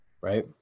Right